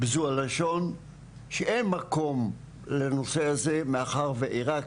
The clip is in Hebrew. בזו הלשון, שאין מקום לנושא הזה, מאחר ועירק,